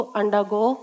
undergo